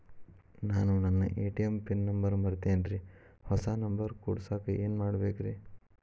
ನಾನು ನನ್ನ ATM pin number ಮರ್ತೇನ್ರಿ, ಹೊಸಾ ನಂಬರ್ ಕುಡಸಾಕ್ ಏನ್ ಮಾಡ್ಬೇಕ್ರಿ?